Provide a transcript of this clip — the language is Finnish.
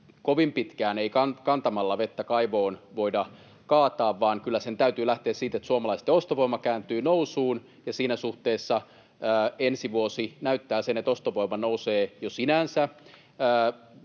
kovin pitkään ei kantamalla vettä kaivoon voida kaataa, vaan kyllä sen täytyy lähteä siitä, että suomalaisten ostovoima kääntyy nousuun. Siinä suhteessa ensi vuosi näyttää sen, että ostovoima nousee jo sinänsä,